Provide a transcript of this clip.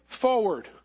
forward